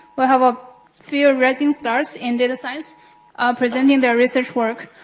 we'll have a few rising stars in data science presenting their research work.